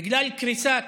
בגלל קריסת